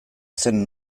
zen